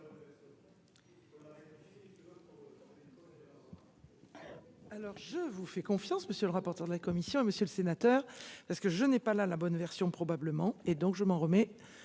Alors je vous fais confiance. Monsieur le rapporteur de la commission, monsieur le sénateur, parce que je n'ai pas la la bonne version probablement et donc je m'en remets